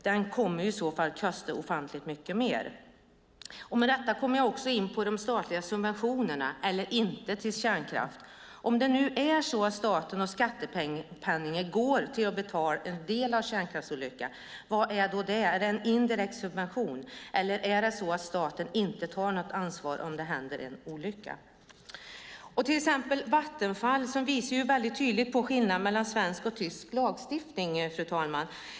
Den kommer i så fall att kosta ofantligt mycket mer. Med detta kommer jag också in på statliga subventioner eller inte till kärnkraft. Om det nu är så att staten och skattepengar går till att betala en del av en kärnkraftsolycka, vad är då det? Är det en indirekt subvention eller är det så att staten inte tar något ansvar om det händer en olycka? Till exempel Vattenfall visar väldigt tydligt på skillnaden mellan svensk och tysk lagstiftning, fru talman.